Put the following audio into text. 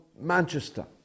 Manchester